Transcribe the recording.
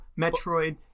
Metroid